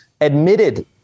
admitted